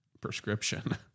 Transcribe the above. prescription